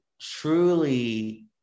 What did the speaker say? truly